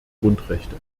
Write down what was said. grundrechte